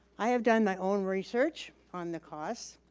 i have done my own research on the costs.